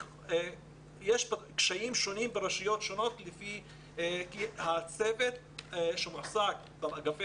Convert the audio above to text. יש קשיים שונים ברשויות שונות והצוות שמועסק באגפי